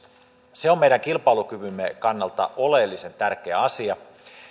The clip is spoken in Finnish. se on meidän kilpailukykymme kannalta oleellisen tärkeä asia